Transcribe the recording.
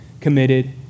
committed